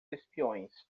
espiões